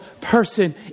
person